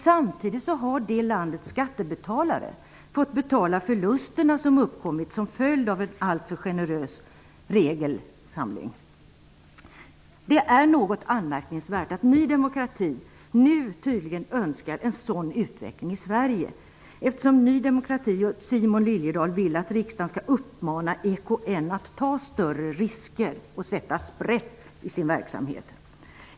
Samtidigt har det landets skattebetalare fått betala förluster som har uppkommit till följd av alltför generösa regler. Det är något anmärkningsvärt att Ny demokrati nu tydligen önskar en sådan utveckling i Sverige, eftersom Ny demokrati och Simon Liliedahl vill att riksdagen skall uppmana EKN att ta större risker och sätta sprätt på sin verksamhet.